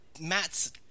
Matt's